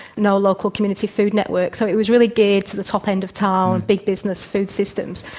no local community food network. so it was really geared to the top end of town, big business food systems.